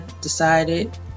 decided